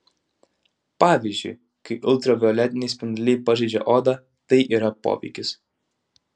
pavyzdžiui kai ultravioletiniai spinduliai pažeidžia odą tai yra poveikis